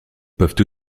peuvent